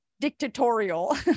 dictatorial